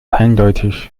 eindeutig